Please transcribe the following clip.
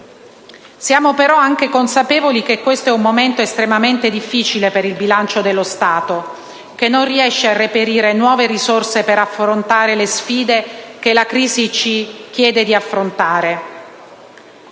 Siamo però anche consapevoli che questo è un momento estremamente difficile per il bilancio dello Stato, nell'ambito del quale non si riesce a reperire nuove risorse per affrontare le sfide che la crisi ci chiede di affrontare.